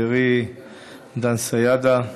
חברי דן סידה,